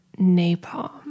Napalm